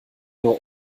nur